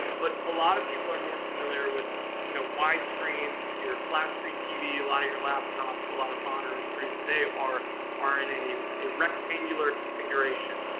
but a lot of people are more familiar with you know wide screen. and your flat-screen tv, a lot of your laptops, a lot of monitors produced today are are in a a rectangular configuration.